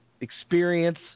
experience